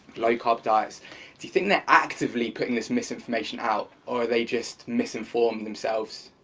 low carb diets do you think they're actively putting this misinformation out, or they just misinformed themselves?